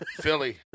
Philly